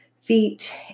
feet